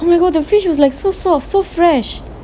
oh my god the fish was like so soft so fresh